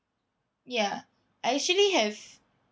ya I actually have